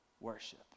worship